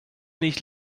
nicht